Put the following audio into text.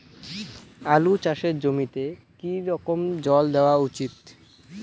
আলু চাষের জমিতে কি রকম জল দেওয়া উচিৎ?